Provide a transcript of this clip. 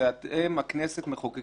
שעושות את זה לצורך רווח,